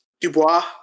Dubois